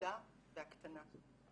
הפחדה והקטנה,